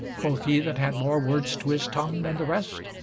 quoth he that had more words to his tongue than the rest,